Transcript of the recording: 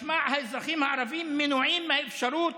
משמע, האזרחים הערבים מנועים מהאפשרות